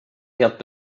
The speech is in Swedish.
helt